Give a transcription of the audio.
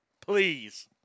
please